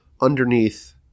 underneath